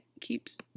keeps